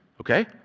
Okay